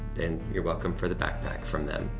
and your welcome for the backpack from them.